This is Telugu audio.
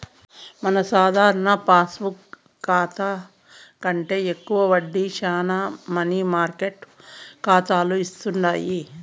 మన సాధారణ పాస్బుక్ కాతా కంటే ఎక్కువ వడ్డీ శానా మనీ మార్కెట్ కాతాలు ఇస్తుండాయి